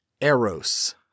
Eros